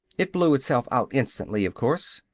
it blew itself out instantly, of course.